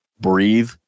breathe